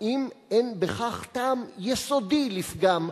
האם אין בכך טעם יסודי לפגם,